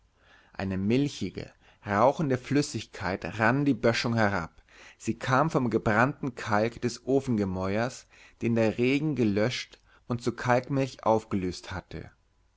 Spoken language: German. eine milchige rauchende flüssigkeit rann die böschung herab sie kam vom gebrannten kalk des ofengemäuers den der regen gelöscht und zu kalkmilch aufgelöst hatte